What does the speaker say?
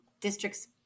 districts